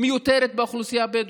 מיותרת באוכלוסייה הבדואית.